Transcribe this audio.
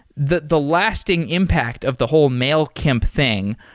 the the lasting impact of the whole mailcamp thing,